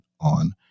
on